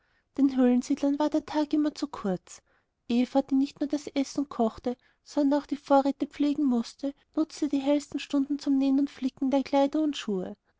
den höhlensiedlern war der tag immer zu kurz eva die nicht nur das essen kochte sondern auch die vorräte pflegen mußte nützte die hellsten stunden zum nähen und flicken der kleider und schuhe